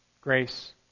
Grace